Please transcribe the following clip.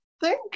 thank